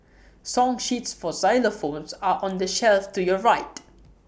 song sheets for xylophones are on the shelf to your right